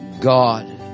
God